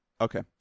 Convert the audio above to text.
okay